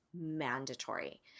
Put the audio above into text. mandatory